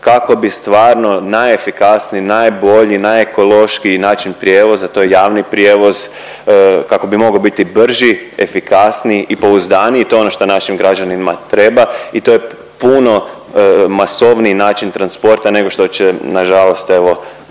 kako bi stvarno najefikasniji i najbolji i najekološkiji način prijevoza, to je javni prijevoz, kako bi mogao biti brži, efikasniji i pouzdaniji, to je ono što našim građanima treba i to je puno masovniji način transporta nego što će nažalost evo